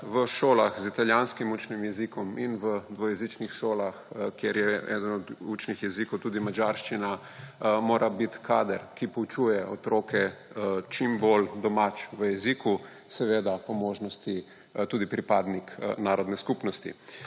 v šolah z italijanskim učnim jezikom in v dvojezičnih šolah, kjer je eden od učnih jezikov tudi madžarščina, mora biti kader, ki poučuje otroke, čim bolj domač v jeziku. Seveda po možnosti tudi pripadnik narodne skupnosti.